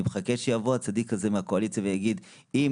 אני מחכה שיבוא הצדיק הזה מהקואליציה שיגיד: אם